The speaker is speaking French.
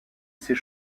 ces